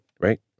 Right